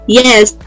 yes